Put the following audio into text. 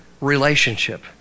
relationship